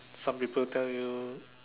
some people tell you